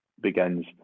begins